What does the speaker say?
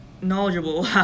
knowledgeable